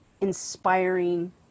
inspiring